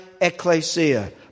ecclesia